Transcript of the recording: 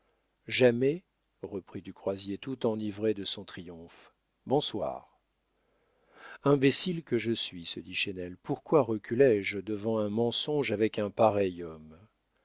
jamais reprit du croisier tout enivré de son triomphe bonsoir imbécile que je suis se dit chesnel pourquoi reculé je devant un mensonge avec un pareil homme